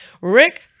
Rick